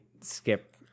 skip